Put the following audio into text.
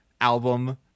album